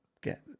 get